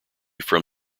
from